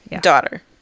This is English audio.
daughter